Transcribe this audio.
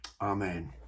Amen